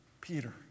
Peter